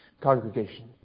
Congregation